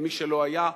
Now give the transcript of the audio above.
למי שלא היה,